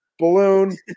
Balloon